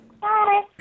Bye